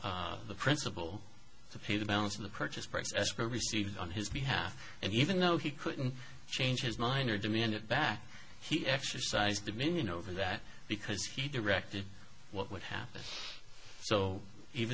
to the principal to pay the balance of the purchase price escrow received on his behalf and even though he couldn't change his mind or demand it back he exercised dominion over that because he directed what would happen so even